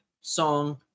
song